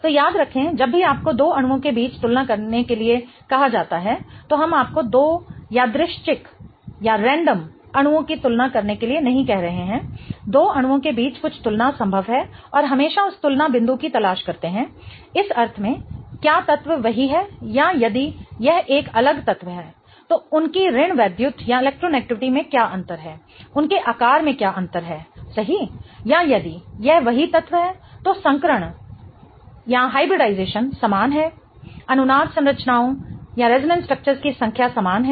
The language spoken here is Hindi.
तो याद रखें जब भी आपको दो अणुओं के बीच तुलना करने के लिए कहा जाता है तो हम आपको दो यादृच्छिक अणुओं की तुलना करने के लिए नहीं कह रहे हैं दो अणुओं के बीच कुछ तुलना संभव है और हमेशा उस तुलना बिंदु की तलाश करते हैं इस अर्थ में क्या तत्व वही है या यदि यह एक अलग तत्व है तो उनकी ऋण वैद्युत में क्या अंतर है उनके आकार में क्या अंतर है सही है या यदि यह वही तत्व है तो संकरण समान है अनुनाद संरचनाओं की संख्या समान है